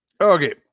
Okay